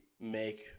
make